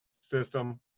system